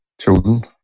children